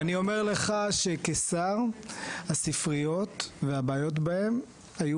אני אומר לך שכשר הספריות והבעיות בהן היו